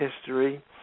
history